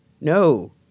no